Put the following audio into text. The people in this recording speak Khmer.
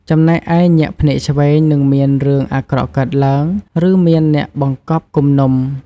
ចំណែកឯ ញាក់ភ្នែកឆ្វេង នឹងមានរឿងអាក្រក់កើតឡើង ឬមានអ្នកបង្កប់គំនុំ។